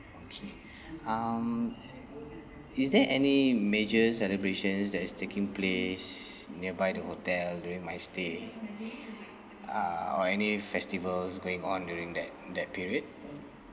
okay um is there any major celebrations that is taking place nearby the hotel during my stay uh or any festivals going on during that that period